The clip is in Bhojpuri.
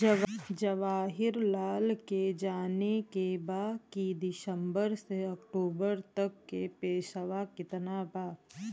जवाहिर लाल के जाने के बा की सितंबर से अक्टूबर तक के पेसवा कितना बा?